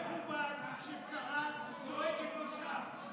זה לא מכובד ששרה צועקת משם.